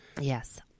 Yes